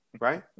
right